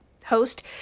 host